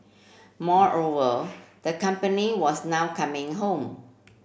moreover the company was now coming home